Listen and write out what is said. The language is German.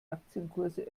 aktienkurse